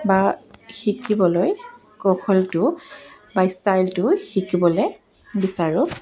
বা শিকিবলৈ কৌশলটো বা ষ্টাইলটো শিকিবলৈ বিচাৰো